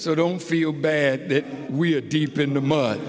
so don't feel bad that we're deep in the mud